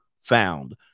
found